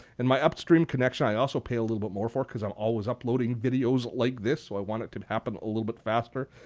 in my upstream connection, i also pay a little bit more for it because i'm always uploading videos like this so i want it to happen a little bit faster.